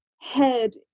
head